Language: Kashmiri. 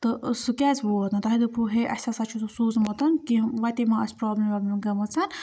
تہٕ سُہ کیٛازِ ووت نہٕ تۄہہِ دوٚپوُ ہے اَسہِ ہَسا چھِ سُہ سوٗزمُت کینٛہہ وَتے ما آسہِ پرٛابلِم وابلِم گٔمٕژ